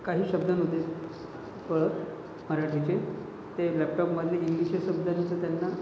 काही शब्द नव्हते कळत मराठीचे ते लॅपटॉपमधले इंग्लिशच शब्दांचं त्यांना